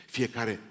Fiecare